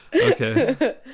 Okay